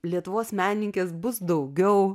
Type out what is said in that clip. lietuvos meninkės bus daugiau